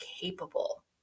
capable